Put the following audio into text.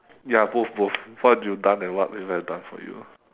ya both both what have you done and what people have done for you